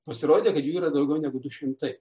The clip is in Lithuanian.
pasirodė kad jų yra daugiau negu du šimtai